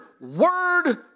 word